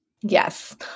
Yes